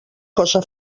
cosa